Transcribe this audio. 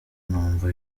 numva